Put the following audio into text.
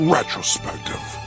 Retrospective